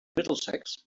middlesex